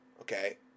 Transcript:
okay